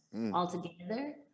altogether